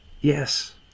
Yes